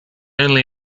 only